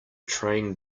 train